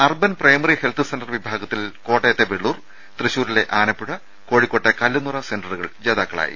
urban primary health centre വിഭാഗത്തിൽ കോട്ടയത്തെ വെള്ളൂർ തൃശൂരിലെ ആനപ്പുഴ കോഴിക്കോട്ടെ കല്ലുനിറ സെന്ററുകൾ ജേതാക്കളായി